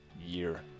year